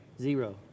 Zero